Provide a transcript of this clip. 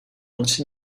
once